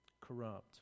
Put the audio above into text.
corrupt